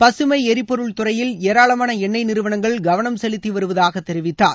பகமை எரிபொருள் துறையில் ஏராளமான எண்ணெய் நிறுவனங்கள் கவனம் செலுத்தி வருவதாக தெரிவித்தார்